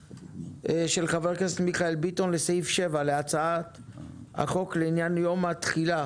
של חבר הכנסת מיכאל ביטון לסעיף 7 בהצעת החוק לעניין יום התחילה